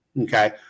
Okay